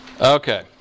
Okay